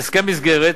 הסכם מסגרת.